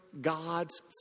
God's